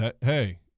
Hey